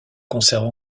conserve